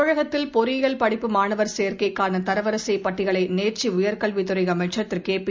தமிழகத்தில் பொறியியல் படிப்பு மாணவர் சேர்க்கைக்கான தரவரிசைப் பட்டியலை நேற்று உயர்கல்வித்துறை அமைச்சர் திரு கேபி